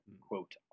quote